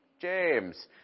James